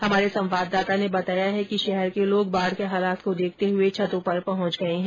हमारे संवाददाता ने बताया कि शहर के लोग बाढ़ के हालात को देखते हुए छतों पर पहुंच गए है